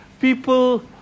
People